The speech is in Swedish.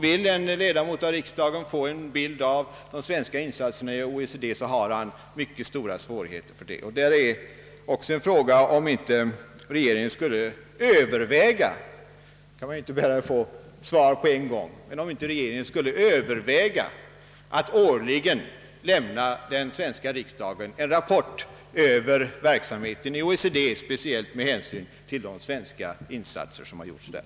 Vill en ledamot av riksdagen få en bild av de svenska insatserna inom OECD har han mycket stora svårigheter därtill. Skulle inte regeringen vilja överväga — man kan ju inte begära få definitivt svar omedelbart — att årligen lämna den svenska riksdagen en rapport om verksamheten i OECD, speciellt med hänsyn till de svenska insatser som gjorts där.